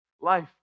life